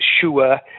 sure